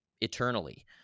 eternally